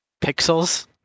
pixels